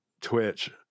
Twitch